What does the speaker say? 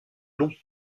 long